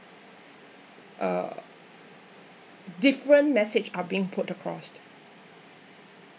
uh different message are being put across